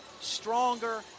stronger